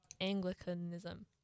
Anglicanism